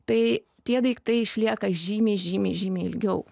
tai tie daiktai išlieka žymiai žymiai žymiai ilgiau